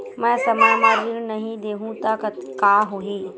मैं समय म ऋण नहीं देहु त का होही